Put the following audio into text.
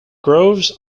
groves